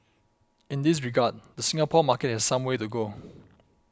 in this regard the Singapore market has some way to go